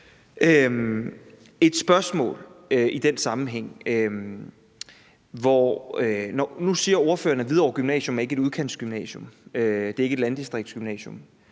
et spørgsmål i den sammenhæng. Nu siger ordføreren, at Hvidovre Gymnasium ikke er et udkantsgymnasium eller et landdistriktsgymnasium,